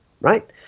right